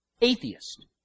atheist